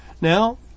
Now